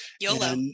YOLO